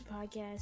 podcast